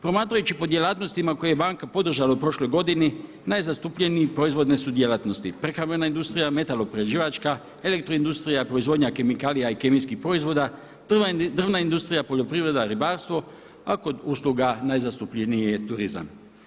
Promatrajući po djelatnostima koje je banka podržala u prošloj godini najzastupljeniji proizvodne su djelatnosti, prehrambena industrija, metalo-prerađivačka, elektro industrija, proizvodnja kemikalija i kemijskih proizvoda, prva drvna industrija, poljoprivreda, ribarstvo a kod usluga najzastupljeniji je turizam.